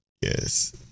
Yes